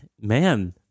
man